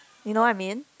you know what I mean